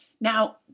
Now